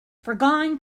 foregone